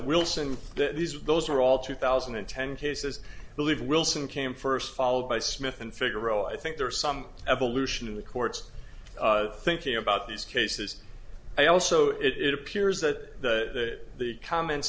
wilson these are those are all two thousand and ten cases believe wilson came first followed by smith and figaro i think there are some evolution in the court's thinking about these cases i also it appears that the comments